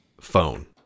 phone